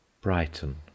Brighton